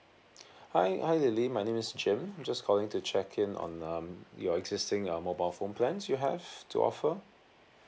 hi hi lily my name is jim I'm just calling to check in on um your existing uh mobile phone plans you have to offer